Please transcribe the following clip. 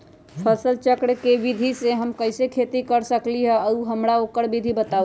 फसल चक्र के विधि से हम कैसे खेती कर सकलि ह हमरा ओकर विधि बताउ?